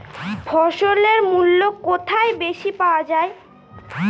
ফসলের মূল্য কোথায় বেশি পাওয়া যায়?